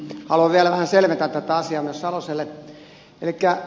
haluan vielä vähän selventää tätä asiaa myös saloselle